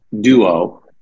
duo